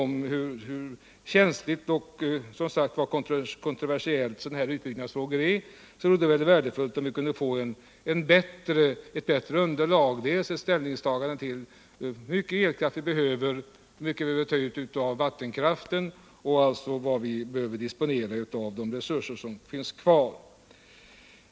Med tanke på hur känsliga och kontroversiella sådana här utbyggnadsfrågor är vore det värdefullt om vi kunde få ett bättre underlag för beslutet. Vi skulle ha glädje av en redovisning av hur mycket elkraft som behövs, hur mycket vi skulle kunna ta ut av vattenkraften och vad som behöver disponeras av de resurser som finns kvar.